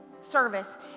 service